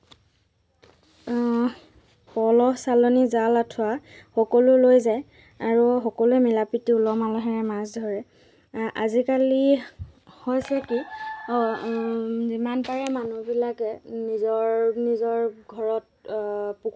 মাছবিলাক মানুহে কিনি কিনি লৈ যায় খাবৰ কাৰণে বহুতে বহুতে সৰু মাছ সৰু মাছো বিক্ৰী কৰে ডাঙৰ মাছো বিক্ৰী কৰে বহু ধৰণৰ মাছ বহু ধৰণৰ মাছ বহু ধৰণৰ মাছ উৎপাদন কৰে বহু ধৰণৰ মাছ কিনি লৈ যায়